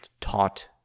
taught